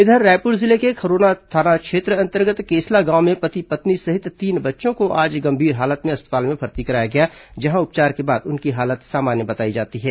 इधर रायपुर जिले के खरोरा थाना क्षेत्र अंतर्गत केसला गांव में पति पत्नी सहित तीन बच्चों को आज गंभीर हालत में अस्पताल में भर्ती कराया गया जहां उपचार के बाद उनकी हालत सामान्य बताई जाती है